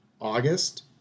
August